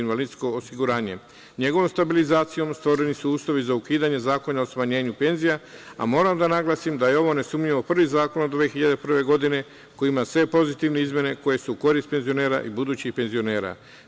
NJegovom stabilizacijom stvoreni su uslovi za ukidanje Zakona o smanjenju penzija, a moram da naglasim da je ovo nesumnjivo prvi zakon od 2001. godine koji ima sve pozitivne izmene koje su u korist penzionera i budućih penzionera.